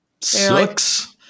Sucks